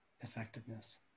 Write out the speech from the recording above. effectiveness